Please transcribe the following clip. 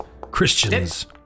Christians